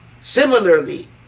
similarly